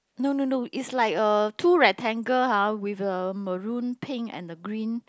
no no no it's like uh two rectangle !huh! with a maroon pink and the green